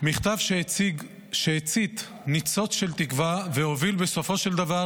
מכתב שהצית ניצוץ של תקווה והוביל בסופו של דבר